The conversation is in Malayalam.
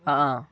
ആ ആ